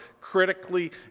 critically